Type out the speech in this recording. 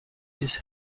his